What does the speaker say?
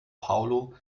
paulo